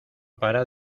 para